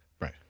Right